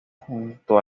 junto